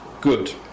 good